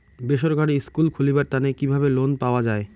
বেসরকারি স্কুল খুলিবার তানে কিভাবে লোন পাওয়া যায়?